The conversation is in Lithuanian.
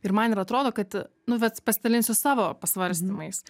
ir man ir atrodo kad nu vat pasidalinsiu savo pasvarstymais